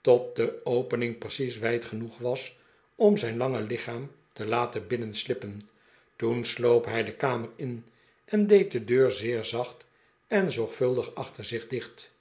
tot de opening precies wijd genoeg was om zijn lange liehaam te laten binnenslippen toen sloop hij de kamer in en deed de deur zeer zacht en zorgvuldig achter zich dicht